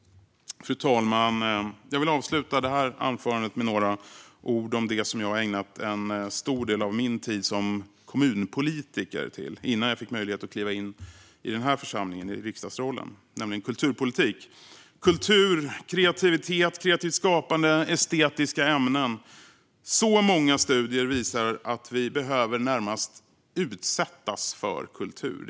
Fru talman! Jag vill avsluta mitt anförande med några ord om det jag ägnat en stor del av min tid som kommunpolitiker åt innan jag fick möjlighet att kliva in i denna församling och i riksdagsrollen, nämligen kulturpolitik. Kultur, kreativitet, kreativt skapande, estetiska ämnen - många studier visar att vi närmast behöver utsättas för kultur.